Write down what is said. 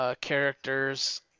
characters